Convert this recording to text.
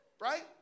right